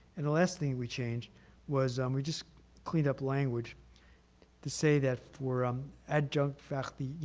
and the last thing we changed was um we just cleaned up language to say that for um adjunct faculty,